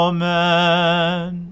Amen